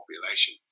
population